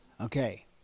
Okay